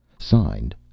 Signed